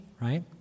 right